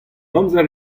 amzer